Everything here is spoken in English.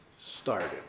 started